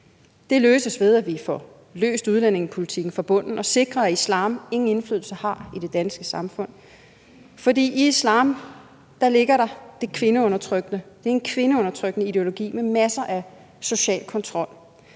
Det løses ved, at vi får løst udlændingepolitikken fra bunden og sikrer, at islam ingen indflydelse har i det danske samfund. For i islam ligger der det kvindeundertrykkende. Det er en kvindeundertrykkende ideologi med masser af social kontrol.